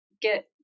get